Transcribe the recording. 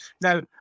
Now